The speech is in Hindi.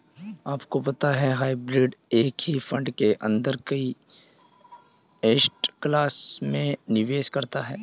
आपको पता है हाइब्रिड एक ही फंड के अंदर कई एसेट क्लास में निवेश करता है?